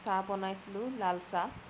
চাহ বনাইছিলোঁ লাল চাহ